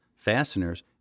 fasteners